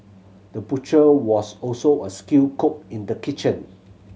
the butcher was also a skilled cook in the kitchen